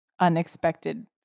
unexpected